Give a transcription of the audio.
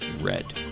red